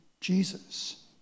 Jesus